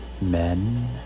men